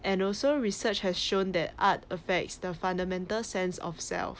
and also research has shown that art affects the fundamental sense of self